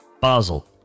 Basel